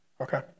Okay